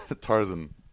Tarzan